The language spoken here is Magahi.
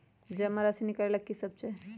जमा राशि नकालेला कि सब चाहि?